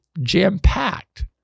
jam-packed